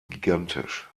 gigantisch